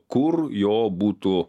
kur jo būtų